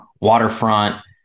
waterfront